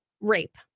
rape